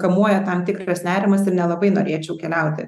kamuoja tam tikras nerimas ir nelabai norėčiau keliauti